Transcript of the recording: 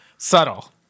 Subtle